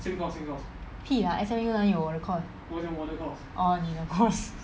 屁 lah S_M_U 哪里有我的 course orh 你的 course